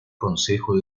consejo